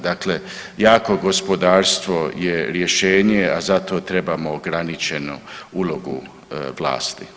Dakle, jako gospodarstvo je rješenje, a za to trebamo ograničenu ulogu vlasti.